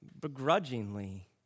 begrudgingly